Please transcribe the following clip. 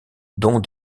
dont